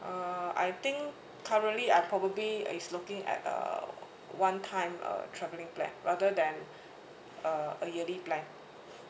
uh I think currently I probably uh is looking at uh one time uh travelling plan rather than uh a yearly plan